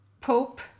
Pope